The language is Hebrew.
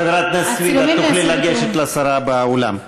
חברת הכנסת סויד, את תוכלי לגשת לשרה באולם.